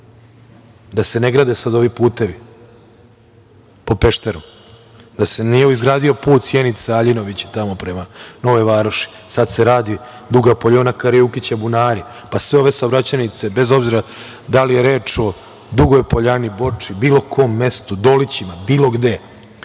Da se ne grade sada ovi putevi po Pešteru, da se nije izgradio put Sjenica-Aljinovići, tamo prema Novoj Varoši, sad se radi Duga Poljana – Karajukića Bunari, pa sve ove saobraćajnice, bez obzira da li je reč o Dugoj Poljani, Borči, bilo kom mestu, Dolićima, bilo gde,